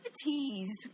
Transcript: tease